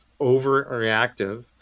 overreactive